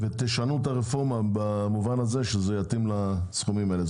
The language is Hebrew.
ותשנו את הרפורמה במובן הזה שזה יתאים לסכומים האלה.